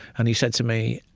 and he said to me,